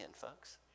folks